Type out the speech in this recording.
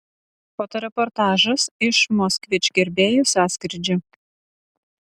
fotoreportažas iš moskvič gerbėjų sąskrydžio